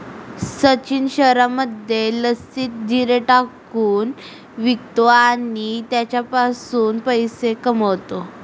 सचिन शहरामध्ये लस्सीत जिरे टाकून विकतो आणि त्याच्यापासून पैसे कमावतो